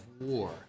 war